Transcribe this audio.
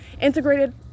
Integrated